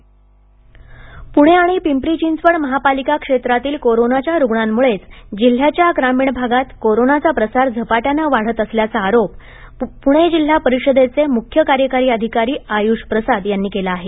पुणे ग्रामीण कोरोना पुणे आणि पिंपरी चिंचवड महापालिका क्षेत्रातील कोरोनाच्या रुग्णामुळंच जिल्ह्याच्या ग्रामीण भागात कोरोनाचा प्रसार झपाट्यानं वाढत असल्याचा आरोप पुणे जिल्हा परिषदेचे मुख्य कार्यकारी अधिकारी आयुष प्रसाद यांनी केला आहे